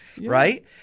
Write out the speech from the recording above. right